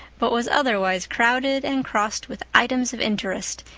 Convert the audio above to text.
but was otherwise crowded and crossed with items of interest,